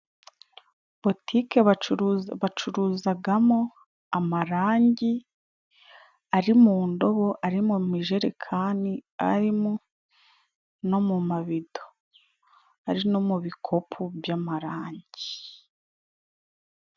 Botiki bacuruzagamo amarangi ari mu ndobo ,ari mu mijerekani, arimo no mu mabido, ari no mu bikopu by'amarangi.